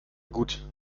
gut